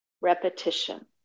repetition